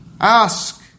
Ask